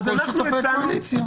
של כל שותפי הקואליציה.